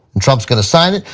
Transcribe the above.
and trump kind of sign it,